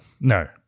No